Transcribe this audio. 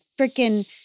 freaking